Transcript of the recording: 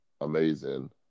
amazing